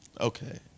Okay